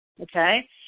okay